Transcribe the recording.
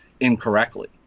incorrectly